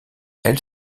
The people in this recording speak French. elle